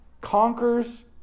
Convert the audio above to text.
conquers